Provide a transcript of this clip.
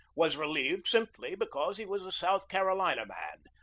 was relieved simply because he was a south carolina man,